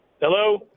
Hello